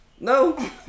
No